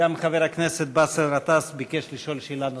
וגם חבר הכנסת באסל גטאס ביקש לשאול שאלה נוספת.